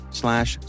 slash